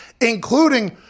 including